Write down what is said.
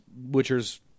Witcher's